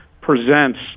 presents